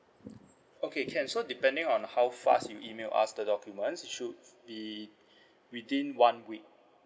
okay can so depending on how fast you email us the documents should be within one week